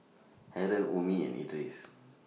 Haron Ummi and Idris